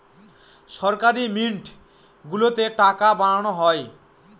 সরকারি মিন্ট গুলোতে টাকা বানানো হয়